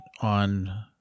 on